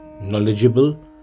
knowledgeable